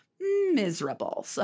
miserable